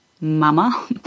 MAMA